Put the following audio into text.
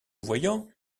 voyant